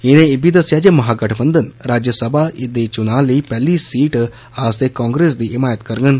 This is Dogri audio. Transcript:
उनें इब्बी दस्सेआ जे महागठबंधन राज्य सभा दे चुनां लेई पैहली सीट आस्ते कांग्रेस दी हिमायत करगंन